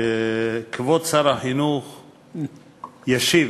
שכבוד שר החינוך ישיב.